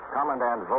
Commandant